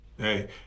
Hey